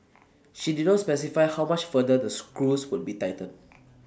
she did not specify how much further the screws would be tightened